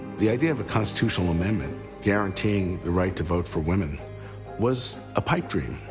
the idea of a constitutional amendment guaranteeing the right to vote for women was a pipe dream.